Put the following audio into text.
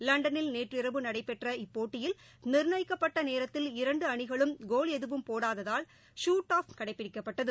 லண்டனில் நேற்றிரவு நடைபெற்ற இப்போட்டியில் நிர்ணயிக்கப்பட்டநேரத்தில் இரு அணிகளும் கோல் எதுவும் போடாததால் ஷுட்அஃப் கடைபிடிக்கப்பட்டது